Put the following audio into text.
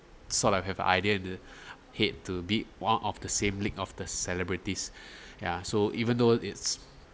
sort of have idea and the head to be one of the same league of the celebrities ya so even though it's